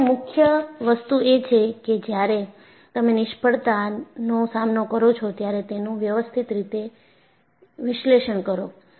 અહિયાં મુખ્ય વસ્તુ એ છે કે જ્યારે તમે નિષ્ફળતાનો સામનો કરો છો ત્યારે તેનું વ્યવસ્થિત રીતે એનું વિશ્લેષણ કરો